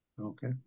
Okay